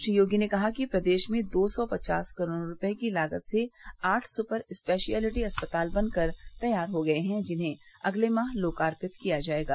श्री योगी ने कहा कि प्रदेश में दो सौ पचास करोड़ रूपये की लागत से आठ सुपर स्पेशियलिटी अस्पताल बनकर तैयार हो गये हैं जिन्हे अगले माह लोकार्पित किया जायेगा